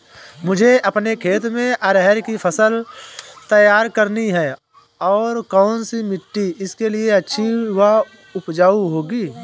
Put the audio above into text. मुझे अपने खेत में अरहर की फसल तैयार करनी है और कौन सी मिट्टी इसके लिए अच्छी व उपजाऊ होगी?